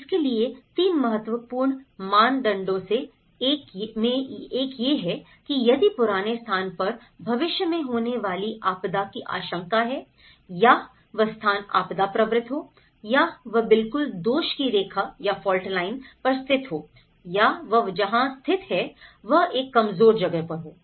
इसके लिए तीन महत्वपूर्ण मानदंडों में से एक यह है कि यदि पुराने स्थान पर भविष्य में होने वाली आपदा की आशंका है या वह स्थान आपदा प्रवृत्त हो या वह बिल्कुल दोष की रेखा या फॉल्ट लाइन पर स्थित हो या वह जहां स्थित है वह एक कमजोर जगह पर हो